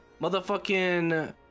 motherfucking